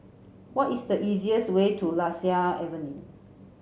what is the easiest way to Lasia Avenue